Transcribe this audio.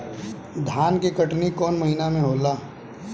धान के कटनी कौन महीना में होला?